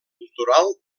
cultural